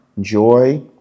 joy